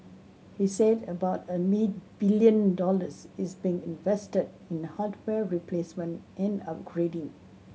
he said about a billion dollars is being invested in hardware replacement and upgrading